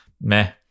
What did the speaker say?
meh